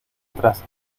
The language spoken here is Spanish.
tras